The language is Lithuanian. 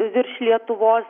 virš lietuvos